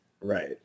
Right